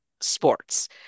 sports